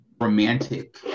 romantic